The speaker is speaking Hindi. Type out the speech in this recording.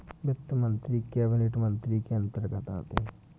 वित्त मंत्री कैबिनेट मंत्री के अंतर्गत आते है